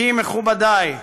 כי מכובדי,